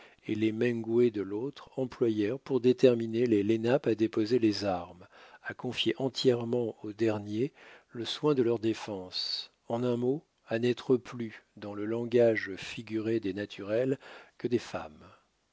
et les mengwes de l'autre employèrent pour déterminer les lenapes à déposer les armes à confier entièrement aux derniers le soin de leur défense en un mot à n'être plus dans le langage figuré des naturels que des femmes